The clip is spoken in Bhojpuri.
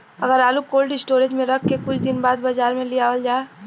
अगर आलू कोल्ड स्टोरेज में रख के कुछ दिन बाद बाजार में लियावल जा?